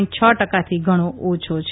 હ્ ટકાથી ઘણો ઓછો છે